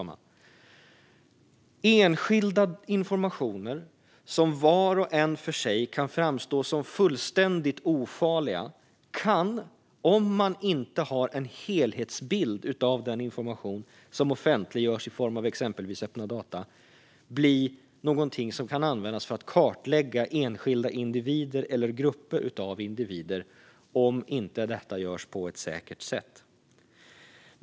Enskilda informationer som var och en för sig kan framstå som fullständigt ofarliga kan, om man inte har en helhetsbild av den information som offentliggörs i form av exempelvis öppna data, bli något som kan användas för att kartlägga enskilda individer eller grupper av individer om detta inte görs på ett säkert sätt.